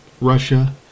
Russia